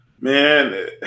Man